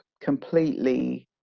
completely